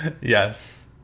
Yes